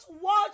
watch